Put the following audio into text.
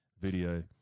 video